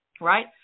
right